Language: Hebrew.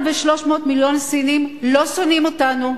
1.3 מיליארד סינים לא שונאים אותנו.